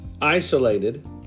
isolated